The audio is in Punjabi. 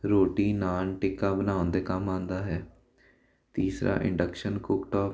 ਰੋਟੀ ਨਾਨ ਟਿੱਕਾ ਬਣਾਉਣ ਦੇ ਕੰਮ ਆਉਂਦਾ ਹੈ ਤੀਸਰਾ ਇੰਡਕਸ਼ਨ ਕੁਕਟਾਪ